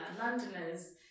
Londoners